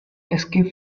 escape